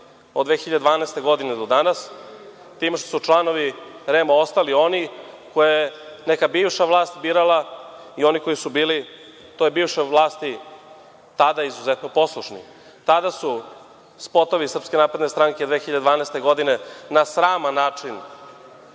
od 2012. godine do danas, time što su članovi REM ostali oni koje je neka bivša vlast birala i oni koji su bili toj bivšoj vlasti, tada izuzetno poslušni. Tada su spotovi SNS 2012. godine na sraman način